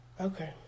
Okay